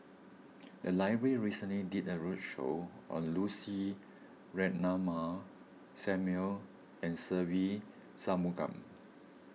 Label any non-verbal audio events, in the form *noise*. *noise* the library recently did a roadshow on Lucy Ratnammah Samuel and Se Ve Shanmugam